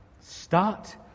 Start